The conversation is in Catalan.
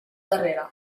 darrere